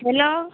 hello